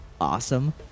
awesome